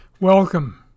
Welcome